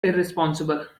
irresponsible